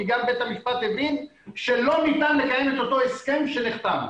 כי גם בית המשפט הבין שלא ניתן לקיים את אותו הסכם שנחתם,